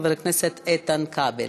חבר הכנסת איתן כבל.